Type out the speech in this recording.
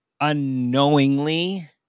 unknowingly